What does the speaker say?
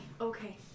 Okay